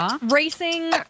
Racing